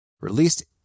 released